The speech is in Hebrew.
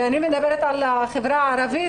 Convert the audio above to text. אני מדברת על החברה הערבית.